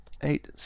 eight